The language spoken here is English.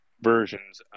versions